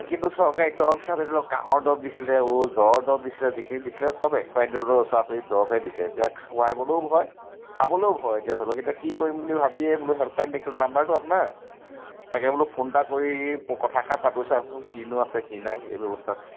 কিন্তু চৰকাৰী দৰৱ হিচাপে ধৰি লওক কাহৰ দৰৱ দিছিলে অজ জ্বৰৰ দৰৱ দিছিলে যিখিনি দিছিলে চব এক্সপায়াৰ দৰৰ ওচৰা ওচৰি দৰৱহে দিছে এতিয়া খোৱাবলৈয়ো ভয় খাবলৈয়ো ভয় এতিয়া ধৰি লওক এতিয়া কি কৰিম বুলি ভাবিয়ে বোলো হেল্পলাইন দেখিলোঁ নাম্বাৰটো আপোনাৰ তাকে বোলো ফোন এটা কৰি কথাষাৰ পাতোঁ চাওঁঁচোন কিনো আছে কি নাই এই ব্যৱস্থাত